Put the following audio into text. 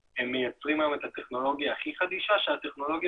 מייצרים היום את הטכנולוגיה הכי חדישה כשהטכנולוגיה